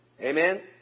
Amen